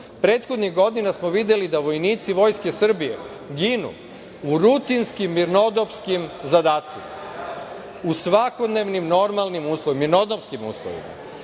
Prethodnih godina smo videli da vojnici Vojske Srbije ginu u rutinskim mirnodopskim zadacima u svakodnevnim normalnim uslovima, mirnodopskim uslovima.